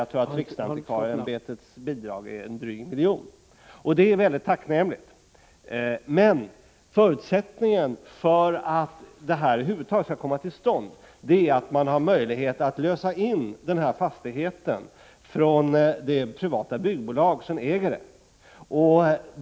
Jag tror att riksantikvarieämbetets bidrag är en dryg miljon. Det är tacknämligt. Men förutsättningen för att upprustningen över huvud taget skall komma till stånd — det är den andra huvuddelen av problemet med resurstillskott — är att man har möjlighet att lösa in fastigheten från det privata byggbolag som äger den.